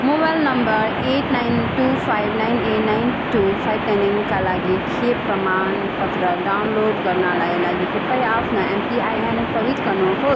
mobile number eight nine two five nine eight nine two five nine नाइनका लागि खोप प्रमाणपत्र डाउनलोड गर्नाका लागि कृपया आफ्नो एमपिआइएन प्रविष्ट गर्नुहोस्